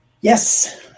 yes